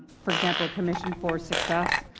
for example, commission for success,